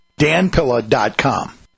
danpilla.com